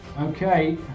okay